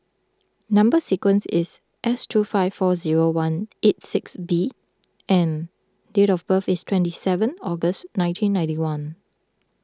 Number Sequence is S two five four zero one eight six B and date of birth is twenty seven August nineteen ninety one